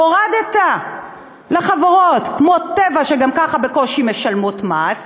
הורדת לחברות כמו "טבע", שגם ככה בקושי משלמות מס,